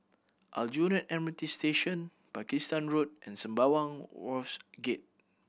Aljunied M R T Station Pakistan Road and Sembawang Wharves Gate